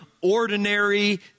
ordinary